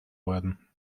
worden